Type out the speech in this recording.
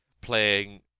playing